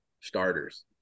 starters